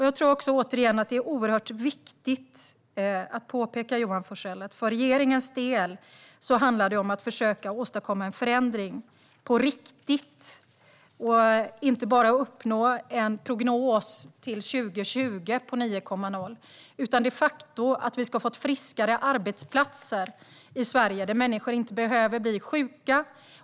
Jag tror återigen att det är viktigt att påpeka att det för regeringens del handlar om att försöka åstadkomma en förändring, på riktigt, och inte bara uppnå en prognos om 9,0 till 2020. Vi ska de facto ha fått arbetsplatser i Sverige där människor är friskare och inte behöver bli sjuka.